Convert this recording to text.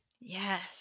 Yes